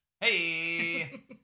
Hey